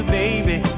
baby